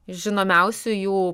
žinomiausių jų